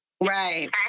Right